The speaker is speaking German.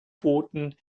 booten